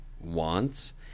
wants